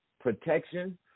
protection